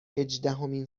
هجدهمین